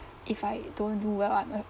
if I don't do well I'm uh